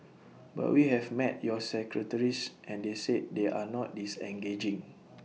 but we have met your secretaries and they said they are not disengaging